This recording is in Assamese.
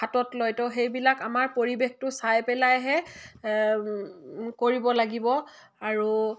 হাতত লয় তো সেইবিলাক আমাৰ পৰিৱেশটো চাই পেলাইহে কৰিব লাগিব আৰু